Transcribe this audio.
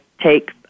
take